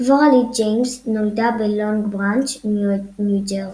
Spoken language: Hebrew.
דבורה לי ג'יימס נולדה בלונג בראנץ', ניו ג'רזי.